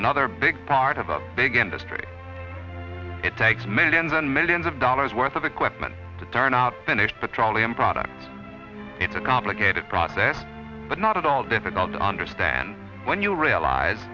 another big part of a big industry it takes millions and millions of dollars worth of equipment to turn out finished petroleum products it's a complicated process but not at all difficult to understand when you realize